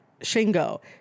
Shingo